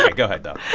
like go ahead, though